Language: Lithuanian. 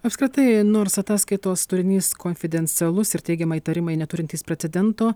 apskritai nors ataskaitos turinys konfidencialus ir teigiama įtarimai neturintys precedento